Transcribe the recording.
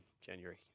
January